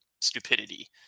stupidity